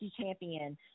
champion